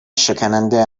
شکننده